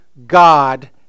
God